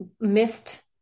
missed